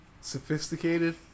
Sophisticated